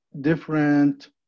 different